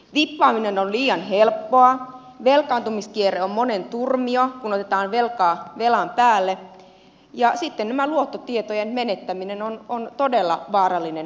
vippaaminen on liian helppoa velkaantumiskierre on monen turmio kun otetaan velkaa velan päälle ja sitten tämä luottotietojen menettäminen on todella vaarallinen tie